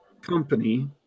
Company